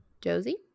Josie